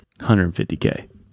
150k